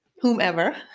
whomever